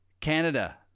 Canada